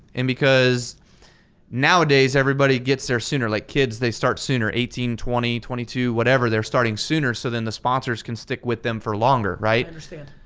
and because nowadays everybody gets there sooner, like kids they start sooner, eighteen, twenty, twenty two, whatever, they're starting sooner, so then the sponsors can stick with them for longer, right? i understand.